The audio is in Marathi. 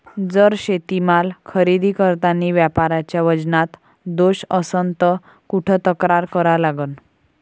जर शेतीमाल खरेदी करतांनी व्यापाऱ्याच्या वजनात दोष असन त कुठ तक्रार करा लागन?